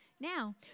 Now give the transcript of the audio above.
now